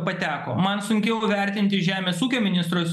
pateko man sunkiau vertinti žemės ūkio ministrus